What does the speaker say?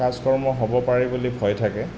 কাজ কৰ্ম হ'ব পাৰে বুলি ভয় থাকে